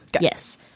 yes